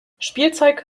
spielzeug